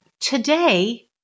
Today